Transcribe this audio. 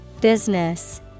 Business